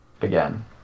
again